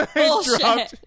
bullshit